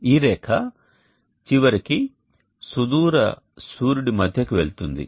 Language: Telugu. ఈ రేఖ చివరికి సుదూర సూర్యుడి మధ్య కు వెళుతుంది